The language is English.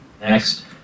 Next